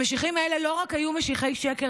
המשיחים האלה לא רק היו משיחי שקר,